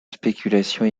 spéculation